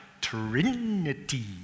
Trinity